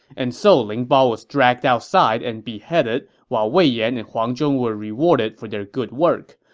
and so ling bao was dragged outside and beheaded, while wei yan and huang zhong were rewarded for their good work.